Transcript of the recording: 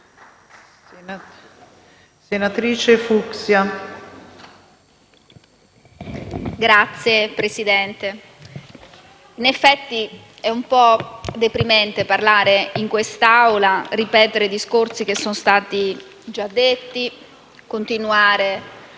PLI))*. Signora Presidente, in effetti è un po' deprimente parlare in quest'Aula, ripetere discorsi che sono stati già fatti, continuare